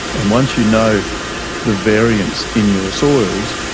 and once you know the variance in your soils,